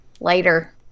Later